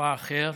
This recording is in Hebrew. סבאח אל-ח'יר.